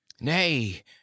nay